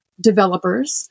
developers